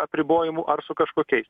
apribojimų ar su kažkokiais